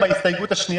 ורוצה בהצלחתו,